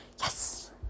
yes